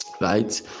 right